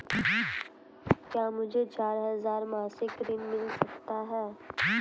क्या मुझे चार हजार मासिक ऋण मिल सकता है?